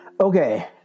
Okay